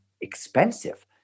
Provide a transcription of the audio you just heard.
expensive